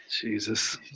Jesus